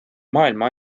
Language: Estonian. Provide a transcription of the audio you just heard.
maailma